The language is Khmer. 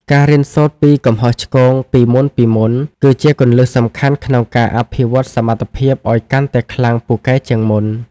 ការរៀនសូត្រពីកំហុសឆ្គងពីមុនៗ គឺជាគន្លឹះសំខាន់ក្នុងការអភិវឌ្ឍសមត្ថភាពឱ្យកាន់តែខ្លាំងពូកែជាងមុន។